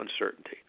uncertainty